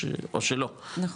או שלא --- נכון.